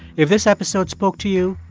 if this episode spoke to you,